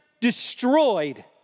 destroyed